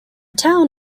town